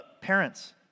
Parents